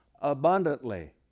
abundantly